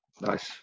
Nice